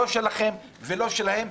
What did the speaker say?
לא שלכם ולא שלהם.